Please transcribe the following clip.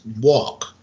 walk